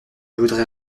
voudrais